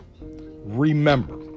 remember